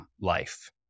life